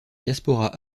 diaspora